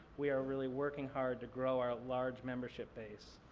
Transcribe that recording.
we are really working hard to grow our large membership base.